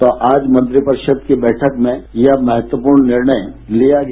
तो आज मंत्रिपरिषद की बैठक में यह महत्वपूर्ण निर्णय लिया गया